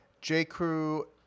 J.Crew